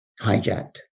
hijacked